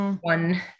one